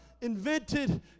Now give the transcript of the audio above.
invented